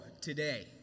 today